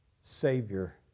Savior